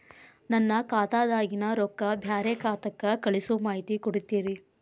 ನನ್ನ ಖಾತಾದಾಗಿನ ರೊಕ್ಕ ಬ್ಯಾರೆ ಖಾತಾಕ್ಕ ಕಳಿಸು ಮಾಹಿತಿ ಕೊಡತೇರಿ?